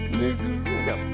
nigga